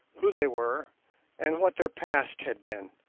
who they were and what their past has been,